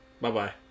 Bye-bye